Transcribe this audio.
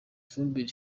fumbire